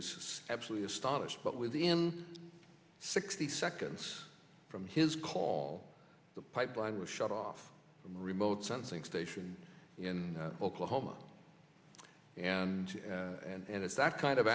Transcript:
was absolutely astonished but within sixty seconds from his call the pipeline was shut off from remote sensing station in oklahoma and and it's that kind of